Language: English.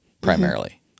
primarily